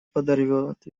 подорвет